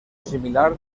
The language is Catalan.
similar